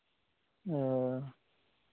ᱚ